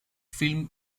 film